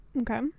Okay